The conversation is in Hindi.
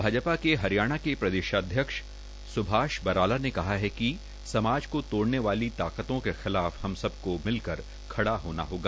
भाजपा के हरियाणा के प्रदेशाध्यक्ष सुभाष बराला ने कहा है कि समाज को तोड़ने वाली ताकतों के खिलाफ हम सब को मिलकर खड़ा होना होगा